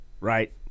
right